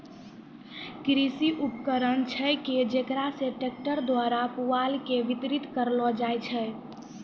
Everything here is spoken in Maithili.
कृषि उपकरण छेकै जेकरा से ट्रक्टर द्वारा पुआल के बितरित करलो जाय छै